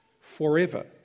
forever